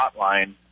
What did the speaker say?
hotline